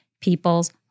people's